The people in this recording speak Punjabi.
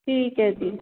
ਠੀਕ ਹੈ ਜੀ